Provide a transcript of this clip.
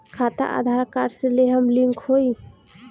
खाता आधार कार्ड से लेहम लिंक होई?